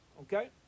Okay